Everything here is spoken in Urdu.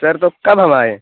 سر تو کب ہم آئیں